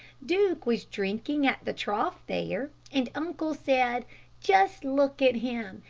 duke was drinking at the trough there, and uncle said just look at him.